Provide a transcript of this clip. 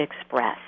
express